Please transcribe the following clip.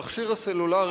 המכשיר הסלולרי,